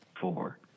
four